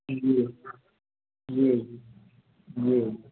जी जी जी